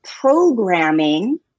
programming